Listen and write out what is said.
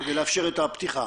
כדי לאפשר את הפתיחה.